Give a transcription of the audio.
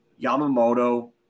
Yamamoto